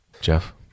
Jeff